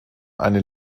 eine